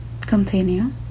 continue